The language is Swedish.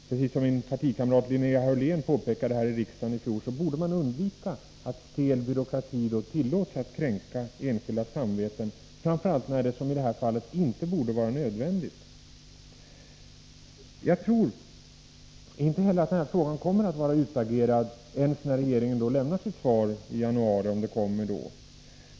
Precis som min partikamrat Linnea Hörlén gjorde här i riksdagen i fjol, vill jag påpeka att man borde undvika att stel byråkrati tillåts kränka enskildas samveten, framför allt när det, som i detta fall, inte borde vara nödvändigt. Jag tror inte heller att denna fråga kommer att vara utagerad ens när regeringen lämnar sitt svar i januari — om det kommer då.